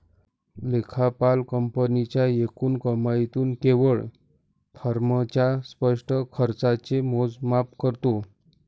लेखापाल कंपनीच्या एकूण कमाईतून केवळ फर्मच्या स्पष्ट खर्चाचे मोजमाप करतो